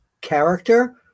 character